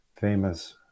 famous